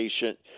patient